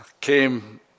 came